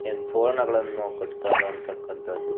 ಏನು ತೋರಣಗಳನ್ನು ಕಟ್ತಾ ಇರ್ತಕ್ಕಂಥದ್ದು